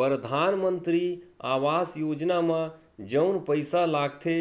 परधानमंतरी आवास योजना म जउन पइसा लागथे